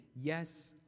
Yes